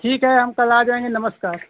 ठीक है हम कल आ जाएँगे नमस्कार